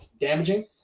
damaging